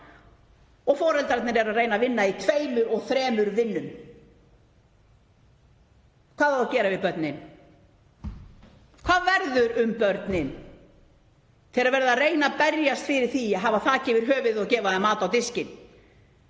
Foreldrarnir eru að reyna að vinna í tveimur og þremur vinnum, hvað á að gera við börnin? Hvað verður um börnin þegar verið er að reyna að berjast fyrir því að hafa þak yfir höfuðið og gefa þeim mat á diskinn,